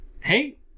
Hey